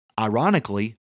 Ironically